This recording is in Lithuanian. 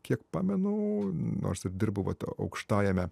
kiek pamenu nors ir dirbu vat aukštajame